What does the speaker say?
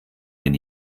den